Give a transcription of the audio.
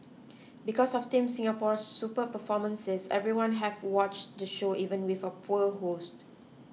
because of Team Singapore's superb performances everyone have watch the show even with a poor host